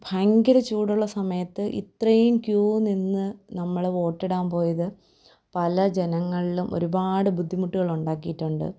ഭയങ്കര ചൂടുള്ള സമയത്ത് ഇത്രയും ക്യൂ നിന്ന് നമ്മൾ വോട്ടിടാൻ പോയത് പല ജനങ്ങളിലും ഒരുപാട് ബുദ്ധിമുട്ടുകൾ ഉണ്ടാക്കിയിട്ടുണ്ട്